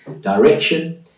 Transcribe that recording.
direction